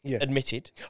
admitted